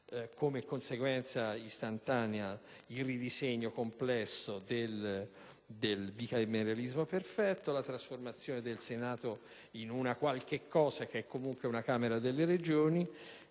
come conseguenza istantanea il complesso ridisegno del bicameralismo perfetto, la trasformazione del Senato in una qualche cosa che è, comunque, una Camera delle Regioni.